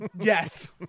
Yes